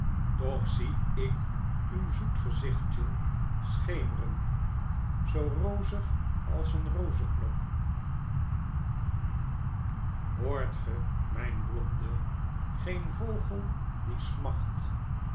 toch zie k uw zoet gezichtjen scheemren zoo rozig als een rozeknop hoort ge mijn blonde geen vogel die smacht